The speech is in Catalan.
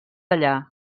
allà